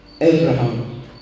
Abraham